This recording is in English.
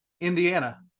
Indiana